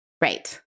Right